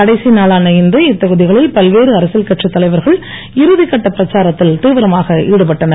கடைசி நாளான இன்று இத்தொகுதிகளில் பல்வேறு அரசியல் கட்சித் தலைவர்கள் இறுதி கட்ட பிரச்சாரத்தில் தீவிரமாக ஈடுபட்டனர்